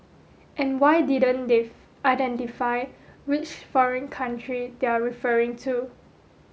and why didn't they identify which foreign country they're referring to